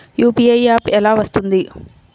UPI app ఎలా వస్తుంది?